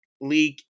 League